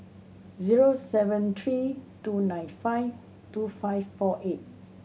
zero seven three two nine five two five four eight